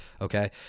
Okay